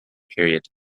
period